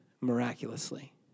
miraculously